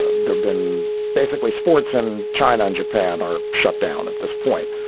they've been basically sports in china and japan are shut down at this point.